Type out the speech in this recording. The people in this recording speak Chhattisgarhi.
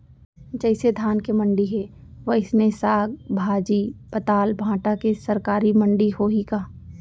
जइसे धान के मंडी हे, वइसने साग, भाजी, पताल, भाटा के सरकारी मंडी होही का?